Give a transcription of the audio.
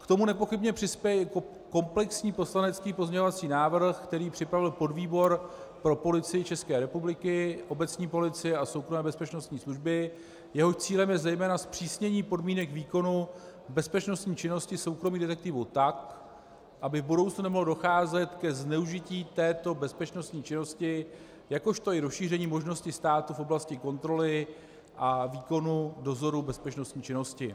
K tomu nepochybně přispěje komplexní poslanecký pozměňovací návrh, který připravil podvýbor pro Policii České republiky, obecní policii a soukromé bezpečnostní služby, jehož cílem je zejména zpřísnění podmínek výkonu bezpečnostní činnosti soukromých detektivů tak, aby v budoucnu nemohlo docházet ke zneužití této bezpečnostní činnosti, jakož i rozšíření možnosti státu v oblasti kontroly a výkonu dozoru bezpečnostní činnosti.